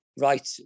Right